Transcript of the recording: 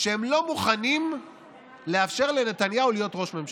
שהם לא מוכנים לאפשר לנתניהו להיות ראש ממשלה.